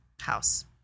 House